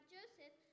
Joseph